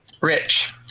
rich